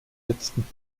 letzten